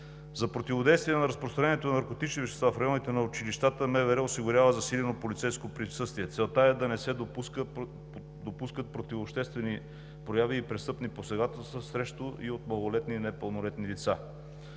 За противодействие на разпространението на наркотични вещества в районите на училищата МВР осигурява засилено полицейско присъствие. Целта е да не се допускат противообществени прояви и престъпни посегателства срещу и от малолетни и непълнолетни лица.